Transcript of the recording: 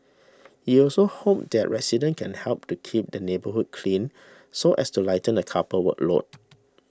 he also hopes that residents can help to keep the neighbourhood clean so as to lighten the couple's workload